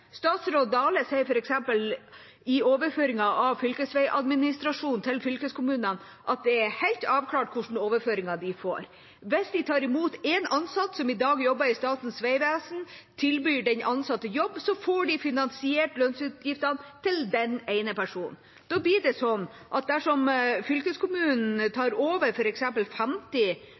Statsråd Dale sier f.eks. i overføringen av fylkesveiadministrasjonen til fylkeskommunene at det er helt uklart hvilke overføringer de får. Hvis de tar imot en ansatt som i dag jobber i Statens vegvesen, og tilbyr den ansatte jobb, får de finansiert lønnsutgiftene til den ene personen. Da blir det sånn at dersom fylkeskommunen tar over f.eks. 50